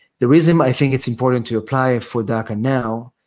the reason i think it's important to apply for daca now,